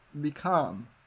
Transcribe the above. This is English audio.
become